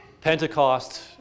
Pentecost